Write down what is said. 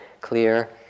clear